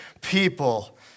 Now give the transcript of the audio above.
people